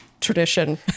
tradition